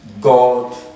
God